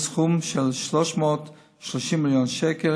וסכום של 330 מיליון שקל